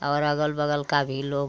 और अगल बगल का भी लोग